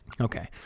Okay